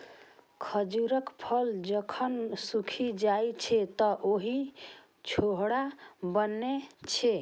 खजूरक फल जखन सूखि जाइ छै, तं ओइ सं छोहाड़ा बनै छै